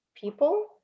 people